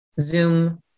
Zoom